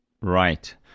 Right